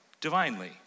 divinely